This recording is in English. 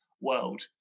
world